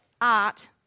art